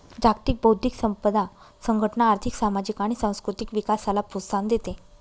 जागतिक बौद्धिक संपदा संघटना आर्थिक, सामाजिक आणि सांस्कृतिक विकासाला प्रोत्साहन देते